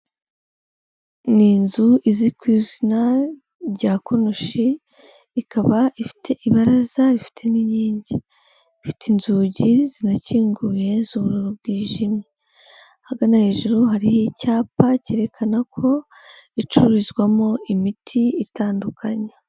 Ni inzu izwi ku izina rya konoshi, ikaba ifite ibaraza rifite n'inkingi. Ifite inzugi zinakinguye z'ubururu bwijimye, ahagana hejuru hari icyapa cyerekana ko icururizwamo imiti itandukanye.